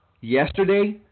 Yesterday